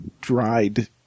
dried